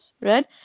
right